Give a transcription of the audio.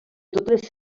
totes